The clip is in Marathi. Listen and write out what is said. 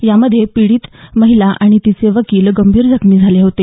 यामध्ये पीडित महिला आणि तिचे वकील गंभीर जखमी झाले होते